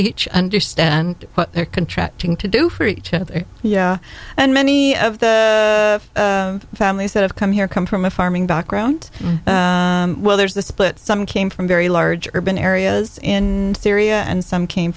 each understand their contract thing to do for each other yeah and many of the families that have come here come from a farming background well there's the split some came from very large urban areas in syria and some came